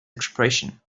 expression